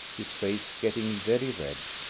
his face getting very red,